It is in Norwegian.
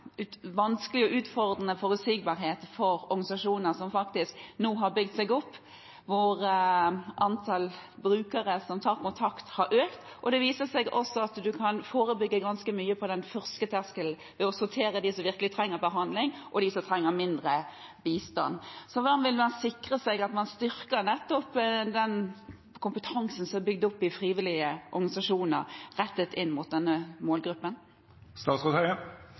for organisasjoner som nå har bygd seg opp. Antallet brukere som tar kontakt, har økt. Det viser seg også at man kan forebygge ganske mye ved den første terskelen, ved å sortere mellom dem som virkelig trenger behandling, og dem som trenger mindre bistand. Hvordan vil man sikre at man styrker nettopp den kompetansen som er bygd opp i frivillige organisasjoner, og som er rettet inn mot denne